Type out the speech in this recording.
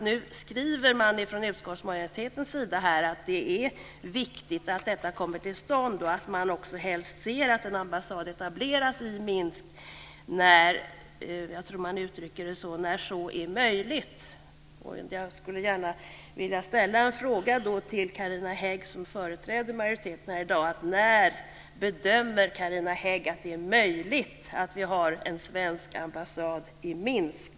Nu skriver utskottsmajoriteten att det är viktigt att detta kommer till stånd och att man helst ser att en ambassad etableras i Minsk när så är möjligt. Jag skulle gärna vilja ställa en fråga till Carina Hägg som företräder majoriteten i dag: När bedömer Carina Hägg att det är möjligt att vi har en svensk ambassad i Minsk?